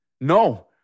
No